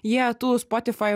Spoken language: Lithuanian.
jie tų spotifaju